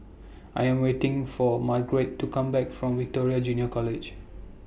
I Am waiting For Margurite to Come Back from Victoria Junior College